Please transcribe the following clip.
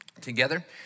together